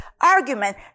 argument